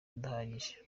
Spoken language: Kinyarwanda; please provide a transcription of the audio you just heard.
udahagije